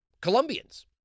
Colombians